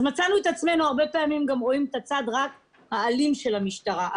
אז מצאנו את עצמנו הרבה פעמים רואים רק את הצד האלים של המשטרה.